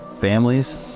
families